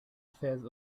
phase